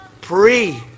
pre